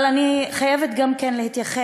אבל, אני חייבת גם כן להתייחס